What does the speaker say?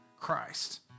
Christ